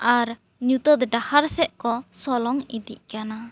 ᱟᱨ ᱧᱩᱛᱟᱹᱛ ᱰᱟᱦᱟᱨ ᱥᱮᱫ ᱠᱚ ᱥᱚᱞᱚᱝ ᱤᱫᱤᱜ ᱠᱟᱱᱟ